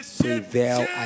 prevail